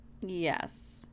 Yes